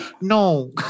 no